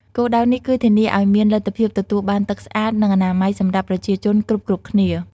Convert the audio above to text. គោលដៅនេះគឺធានាឱ្យមានលទ្ធភាពទទួលបានទឹកស្អាត និងអនាម័យសម្រាប់ប្រជាជនគ្រប់ៗគ្នា។